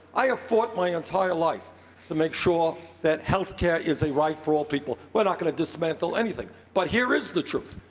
i have fought my entire life to make sure that healthcare is a right for all people. we're not going to dismantle everything. but, here is the truth.